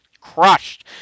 crushed